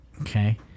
Okay